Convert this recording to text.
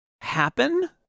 happen